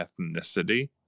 ethnicity